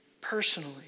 personally